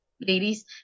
ladies